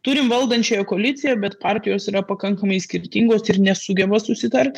turim valdančiąją koaliciją bet partijos yra pakankamai skirtingos ir nesugeba susitart